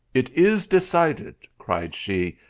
it is decided, cried she,